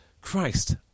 Christ